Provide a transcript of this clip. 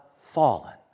fallen